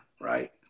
right